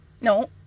no